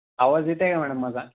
आवाज येतं आहे का मॅडम माझा